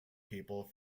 people